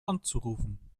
anzurufen